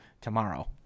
tomorrow